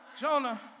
Jonah